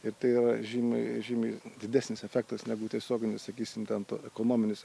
ir tai yra žymiai žymiai didesnis efektas negu tiesioginis sakysim ten ekonominis